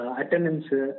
attendance